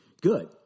good